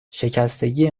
شکستگی